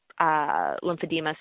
lymphedema